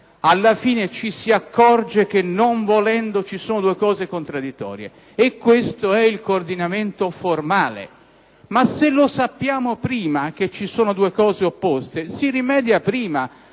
alla fine, ci si accorge che, non volendo, ci sono cose contraddittorie (e questo è il coordinamento formale); ma se lo sappiamo prima che ci sono due cose opposte, si rimedia prima.